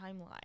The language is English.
timeline